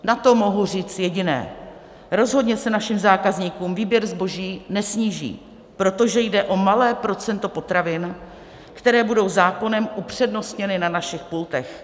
Na to mohu říct jediné: rozhodně se našim zákazníkům výběr zboží nesníží, protože jde o malé procento potravin, které budou zákonem upřednostněny na našich pultech.